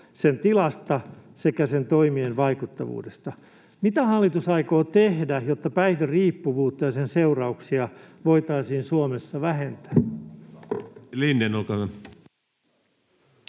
sen tilasta sekä sen toimien vaikuttavuudesta. Mitä hallitus aikoo tehdä, jotta päihderiippuvuutta ja sen seurauksia voitaisiin Suomessa vähentää?